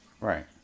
Right